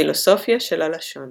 פילוסופיה של הלשון